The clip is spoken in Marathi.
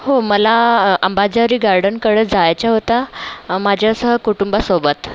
हो मला अंबाजरी गार्डनकडे जायचं होता माझ्यासह कुटुंबासोबत